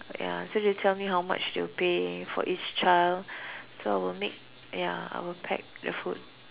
ya so they tell me how much they will pay for each child so I will make ya I will pack the food